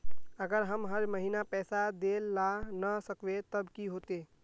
अगर हम हर महीना पैसा देल ला न सकवे तब की होते?